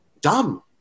dumb